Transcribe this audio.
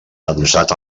adossat